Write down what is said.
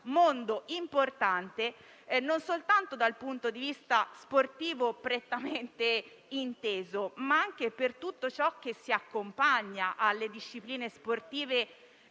mondo importante, non soltanto dal punto di vista sportivo prettamente inteso, ma anche per tutto ciò che si accompagna alle discipline sportive